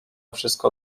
wszystko